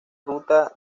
ruta